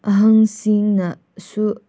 ꯑꯍꯟꯁꯤꯡꯅꯁꯨ